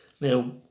Now